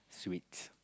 sweets